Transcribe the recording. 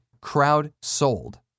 crowd-sold